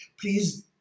please